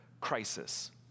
crisis